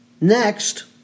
next